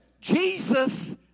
Jesus